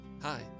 Hi